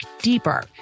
deeper